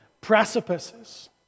precipices